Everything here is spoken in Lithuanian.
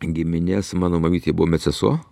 giminės mano mamytė buvo med sesuo